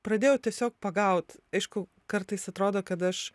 pradėjau tiesiog pagaut aišku kartais atrodo kad aš